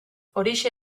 horixe